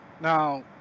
now